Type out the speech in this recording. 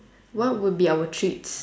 what would be our treats